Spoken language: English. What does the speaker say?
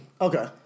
Okay